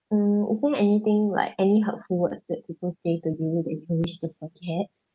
mm is there anything like any hurtful words that people say to you that you wish to forget